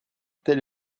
tel